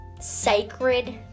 sacred